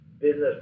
business